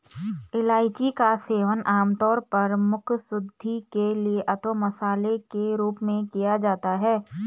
इलायची का सेवन आमतौर पर मुखशुद्धि के लिए अथवा मसाले के रूप में किया जाता है